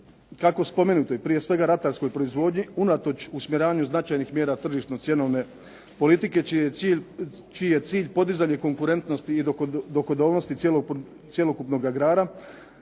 kako u spomenutoj, prije svega ratarskoj proizvodnji, unatoč usmjeravanju značajnih mjera tržišno-cjenovne politike čiji je cilj podizanje konkurentnosti i dohodovnosti cjelokupnoga agrara,